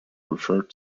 referred